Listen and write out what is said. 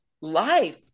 life